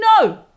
No